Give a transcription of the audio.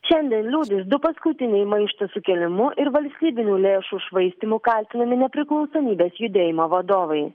šiandien liūdis du paskutiniai maišto sukėlimu ir valstybinių lėšų švaistymu kaltinami nepriklausomybės judėjimo vadovai